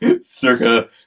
circa